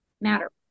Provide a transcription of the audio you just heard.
matter